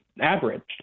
averaged